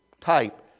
type